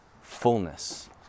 fullness